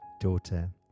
Daughter